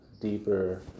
deeper